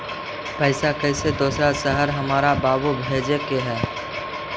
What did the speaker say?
पैसा कैसै दोसर शहर हमरा बाबू भेजे के है?